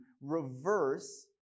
reverse